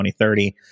2030